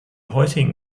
heutigen